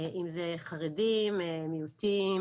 אם זה חרדים, בני מיעוטים